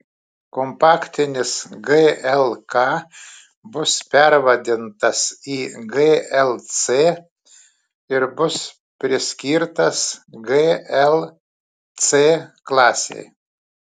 kompaktinis glk bus pervadintas į glc ir bus priskirtas gl c klasei